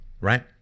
right